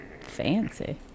Fancy